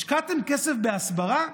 השקעתם כסף בהסברה?